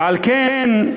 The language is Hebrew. ועל כן,